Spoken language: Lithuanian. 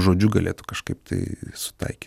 žodžiu galėtų kažkaip tai sutaikyt